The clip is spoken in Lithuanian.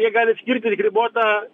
jie gali skirti tik ribotą